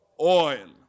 Oil